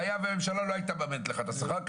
והיה והממשלה לא הייתה מממנת לך את השכר,